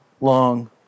long